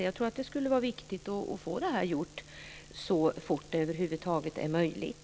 Jag tror att det skulle vara viktigt att få det här gjort så fort det över huvud taget är möjligt.